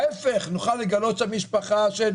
ההיפך, נוכל לגלות שם משפחה של